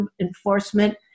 enforcement